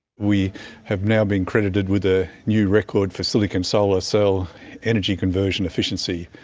we have now been credited with a new record for silicon solar cell energy conversion efficiency.